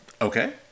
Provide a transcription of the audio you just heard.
okay